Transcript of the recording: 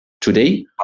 Today